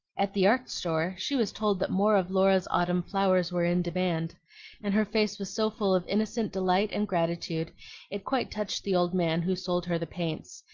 at the art store she was told that more of laura's autumn-flowers were in demand and her face was so full of innocent delight and gratitude it quite touched the old man who sold her the paints,